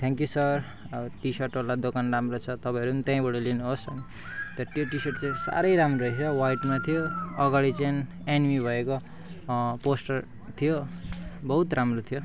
thank you sir अब टिसर्टहरूलाई दोकान राम्रो छ तपाईँहरू पनि त्यहीँबाट लिनुहोस् त्यहाँ त्यो टिसर्ट चाहिँ साह्रै राम्रो रहेछ हो वाइटमा थियो अगाडि चाहिँ एनेमी भएको पोस्टर थियो बहुत राम्रो थियो